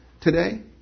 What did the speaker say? today